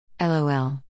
LOL